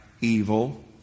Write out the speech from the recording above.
evil